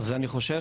ואני חושב